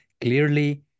clearly